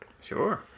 Sure